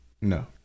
No